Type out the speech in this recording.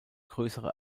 größere